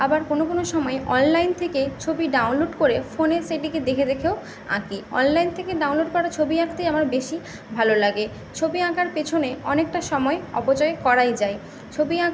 আবার কোনো কোনো সময় অনলাইন থেকে ছবি ডাউনলোড করে ফোনে সেটিকে দেখে দেখেও আঁকি অনলাইন থেকে ডাউনলোড করা ছবি আঁকতে আমার বেশী ভালো লাগে ছবি আঁকার পেছনে অনেকটা সময় অপচয় করাই যায় ছবি আঁক